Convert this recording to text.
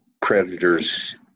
creditors